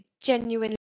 genuinely